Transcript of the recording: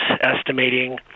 estimating